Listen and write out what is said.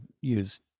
use